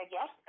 Yes